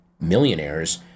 millionaires